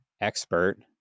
expert